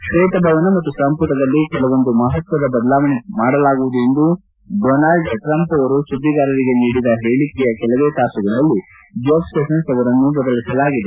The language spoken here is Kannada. ಶ್ವೇತ ಭವನ ಮತ್ತು ಸಂಮಟದಲ್ಲಿ ಕೆಲವೊಂದು ಮಪತ್ವದ ಬದಲಾವಣೆ ಮಾಡಲಾಗುವುದು ಎಂದು ಡೊನಾಲ್ಡ್ ಟ್ರಂಪ್ ಅವರು ಸುದ್ದಿಗಾರರಿಗೆ ನೀಡಿದ ಹೇಳಿಕೆಯ ಕೆಲವೇ ತಾಸುಗಳಲ್ಲಿ ಜೆಫ್ ಸೆಷನ್ಸ್ ಅವರನ್ನು ಬದಲಿಸಲಾಗಿದೆ